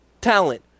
talent